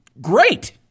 great